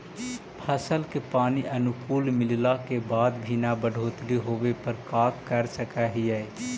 फसल के पानी अनुकुल मिलला के बाद भी न बढ़ोतरी होवे पर का कर सक हिय?